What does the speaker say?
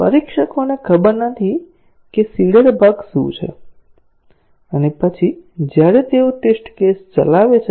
પરીક્ષકોને ખબર નથી કે સીડેડ બગ્સ શું છે અને પછી જ્યારે તેઓ ટેસ્ટ કેસ ચલાવે છે